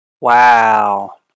Wow